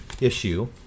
issue